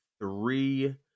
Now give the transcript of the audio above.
three